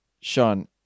Sean